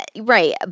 right